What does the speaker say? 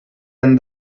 han